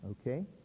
okay